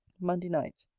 monday night.